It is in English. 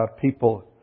people